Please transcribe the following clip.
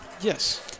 Yes